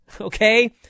Okay